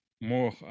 more